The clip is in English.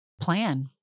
plan